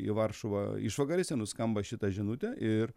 į varšuvą išvakarėse nuskamba šita žinutė ir